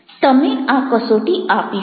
તમે આ કસોટી આપી શકો